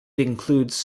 includes